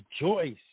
rejoice